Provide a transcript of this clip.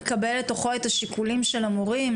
שמקבל בתוכו את השיקולים של המורים,